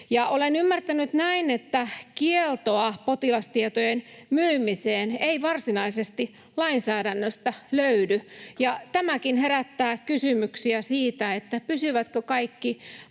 Olen ymmärtänyt näin, että kieltoa potilastietojen myymiseen ei varsinaisesti lainsäädännöstä löydy, ja tämäkin herättää kysymyksiä siitä, pysyvätkö kaikki